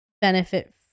benefit